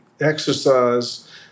exercise